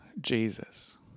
Jesus